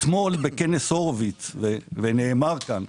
אתמול בכנס הורוביץ, ונאמר כאן,